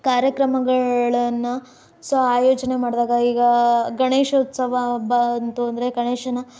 ಕಾರ್ಯಕ್ರಮಗಳನ್ನು ಸೊ ಆಯೋಜನೆ ಮಾಡಿದಾಗ ಈಗ ಗಣೇಶೋತ್ಸವ ಹಬ್ಬ ಅಂತಂದ್ರೆ ಗಣೇಶನ